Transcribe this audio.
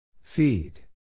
Feed